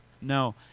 No